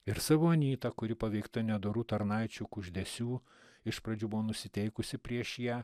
ir savo anytą kuri paveikta nedorų tarnaičių kuždesių iš pradžių buvo nusiteikusi prieš ją